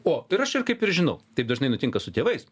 o ir aš ir kaip ir žinau taip dažnai nutinka su tėvais